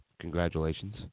congratulations